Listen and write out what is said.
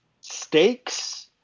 stakes